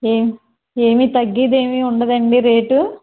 ఏ ఏమీ తగ్గేది ఏమీ ఉండదండి రేటు